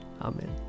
Amen